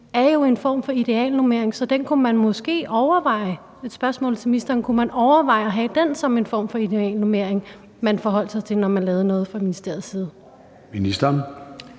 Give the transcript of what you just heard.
er en form for idealnormering, så den kunne man måske overveje. Et spørgsmål til ministeren er, om man kunne overveje at have den som en form for idealnormering, man forholdt sig til, når man lavede noget fra ministeriets side. Kl.